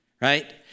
right